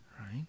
right